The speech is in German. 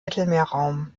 mittelmeerraum